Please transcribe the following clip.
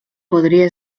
podria